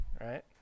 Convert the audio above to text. right